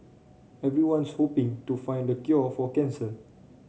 everyone's hoping to find the cure for cancer